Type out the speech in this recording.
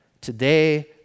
today